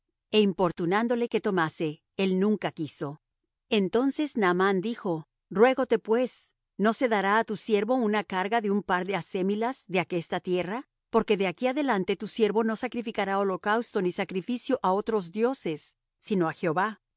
e importunándole que tomase él nunca quiso entonces naamán dijo ruégote pues no se dará á tu siervo una carga de un par de acémilas de aquesta tierra porque de aquí adelante tu siervo no sacrificará holocausto ni sacrificio á otros dioses sino á jehová en